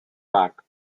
park